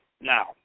now